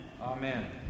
Amen